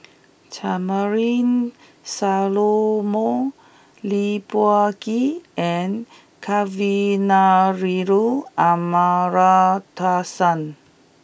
Charmaine Solomon Lee Peh Gee and Kavignareru Amallathasan